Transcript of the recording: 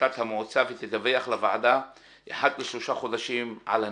החלטת המועצה ותדווח לוועדה אחת לשלושה חודשים על הנעשה".